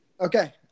Okay